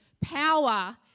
power